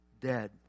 dead